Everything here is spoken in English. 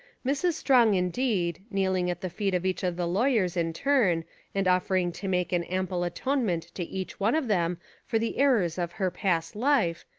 mrs. strong, indeed, kneeling at the feet of each of the law yers in turn and offering to make an ample atonement to each one of them for the errors of her past life,